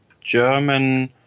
German